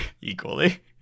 equally